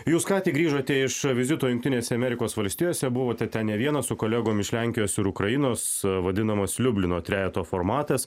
jūs ką tik grįžote iš vizito jungtinėse amerikos valstijose buvote ten ne vienas su kolegom iš lenkijos ir ukrainos vadinamos liublino trejeto formatas